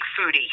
foodie